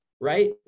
right